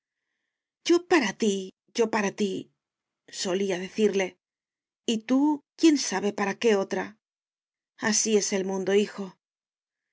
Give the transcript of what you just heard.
yo para ti yo para tisolía decirle y tú quién sabe para qué otra así es el mundo hijo